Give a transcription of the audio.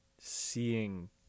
seeing